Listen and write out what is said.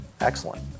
excellent